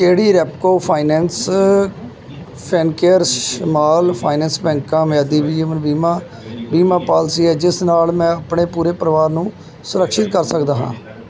ਕਿਹੜੀ Repco finance Fincare small finance bank ਮਿਆਦੀ ਜੀਵਨ ਬੀਮਾ ਬੀਮਾ ਪਾਲਿਸੀ ਹੈ ਜਿਸ ਨਾਲ ਮੈਂ ਆਪਣੇ ਪੂਰੇ ਪਰਿਵਾਰ ਨੂੰ ਸੁਰਕਸ਼ਿਤ ਕਰਾ ਸਕਦਾ ਹਾਂ